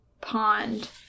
pond